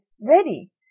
Ready